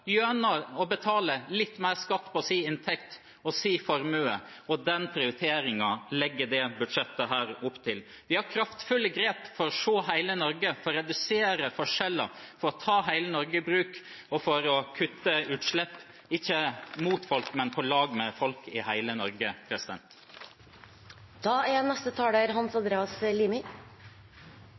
gjennom å betale litt mer skatt av sin inntekt og formue. Den prioriteringen legger dette budsjettet opp til. Vi tar kraftfulle grep for å se hele Norge, for å redusere forskjeller, for å ta hele Norge i bruk og for å kutte utslipp – ikke mot folk, men på lag med folk i hele Norge.